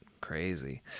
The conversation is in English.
Crazy